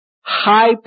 high